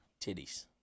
Titties